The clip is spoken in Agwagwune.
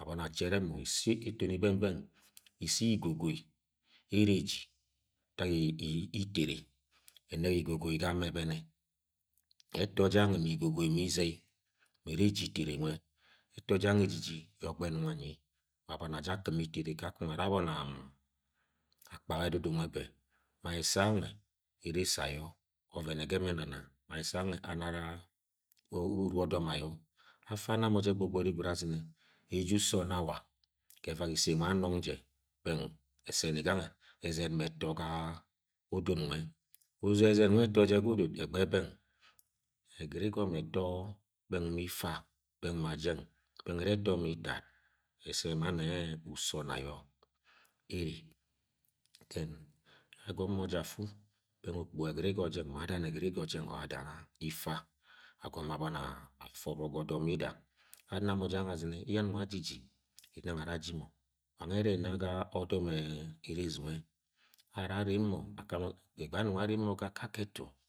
aboni achere mọ ise-etoni beng beng ise ye igogi ene eji ntak e-e-e- itere enege igogi ga ama ebene eto janwe igogi ma izei me ere eji itere nwe eto janwe ejiji me ogba enung enyi aboni aja akim itere kakong ara abona-m- akpak edudu nwe be ma ese anwe eresi ayo even ege mọ enan ma ese amue anara ur-o-odom ayo afo ana mo je gbogbori gwud azine ede usone awa ga evak ise nwe amuna je beng ese m ganwe ezen null eto ga-a- udud nwe uzezen nwe eto je ga udut egbe beng egrigo me eto beng ene eto ma itat ese ma ne-e uso onne ayo ene, den agomo je afu beng okpuga egrige jeng, ma adana egrige jeng, ma adana egrige jeng, or adana ifa agomo abori afe obok ga odom yida ana mo je gangnwe azwe ye anung aji ji ane inang ana si mno ula nwe ere ena ga odom e-e-e eres eres nuse ane ara anamo